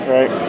Right